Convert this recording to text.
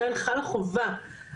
בעניינו חברת הביצוע,